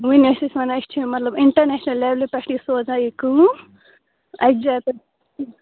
ونۍ ٲسۍ أسۍ ونان مطلب أسۍ چھِ انٹرنیشنل لیٚولہ پیٚٹھ یہ سوزان یہ کٲم اکہ جایہ